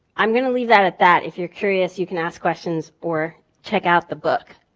i'm going to leave that at that. if you're curious, you can ask questions or check out the book.